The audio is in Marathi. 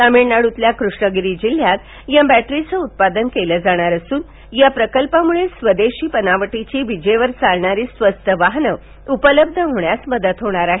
तामिळनाड्रतील कृष्णगिरी जिल्ह्यात या बॅटरीचं उत्पादन केलं जाणार असून या प्रकल्पाम्ळं स्वदेशी बनावटीची विजेवर चालणारी स्वस्त वाहने उपलब्ध होण्यास मदत होणार आहे